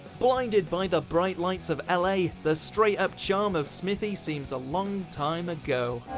blinded by the bright lights of l a. the straight-up charm of smithy seems a long time ago.